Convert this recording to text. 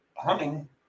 Hunting